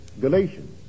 Galatians